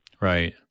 Right